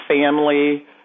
family